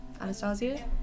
Anastasia